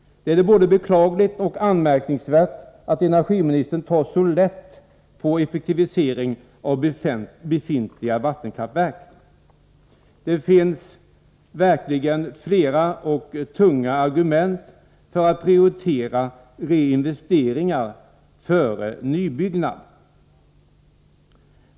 Det är både beklagligt och anmärkningsvärt att energiministern tar så lätt på effektiviseringen av befintliga vattenkraftverk. Det finns verkligen flera och tunga argument för att prioritera reinvesteringar före nybyggnad.